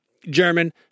German